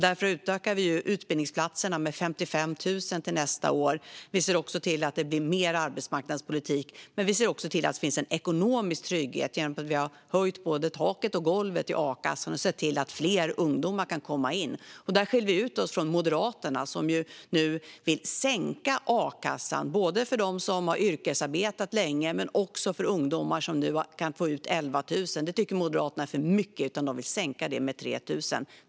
Därför utökar vi utbildningsplatserna med 55 000 till nästa år. Vi ser också till att det blir mer arbetsmarknadspolitik. Vi ser även till att det finns en ekonomisk trygghet. Vi har höjt både taket och golvet i a-kassan och sett till att fler ungdomar kan komma in. Där skiljer vi oss från Moderaterna, som nu vill sänka a-kassan både för dem som har yrkesarbetat länge och för ungdomar som nu kan få ut 11 000. Moderaterna tycker att det är för mycket och vill sänka det med 3 000.